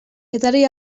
edari